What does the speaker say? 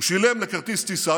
הוא שילם על כרטיס טיסה,